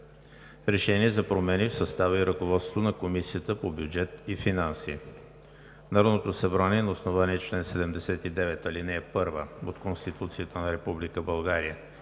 РЕШЕНИЕ за промени в състава и ръководството на Комисията по бюджет и финанси Народното събрание на основание чл. 79, ал. 1 от Конституцията на